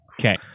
Okay